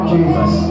Jesus